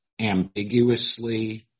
ambiguously